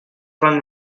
front